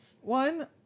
One